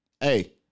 hey